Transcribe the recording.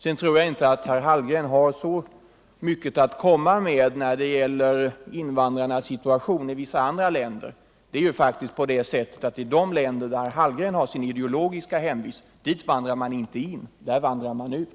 Sedan tror jag inte herr Hallgren har så mycket att komma med när det gäller invandrarnas situation i vissa andra länder. Det är ju så beträffande de länder där herr Hallgren har sin ideologiska hemvist att dit vandrar man inte in — där vandrar man ut.